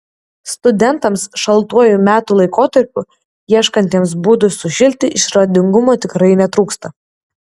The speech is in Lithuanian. studentams šaltuoju metų laikotarpiu ieškantiems būdų sušilti išradingumo tikrai netrūksta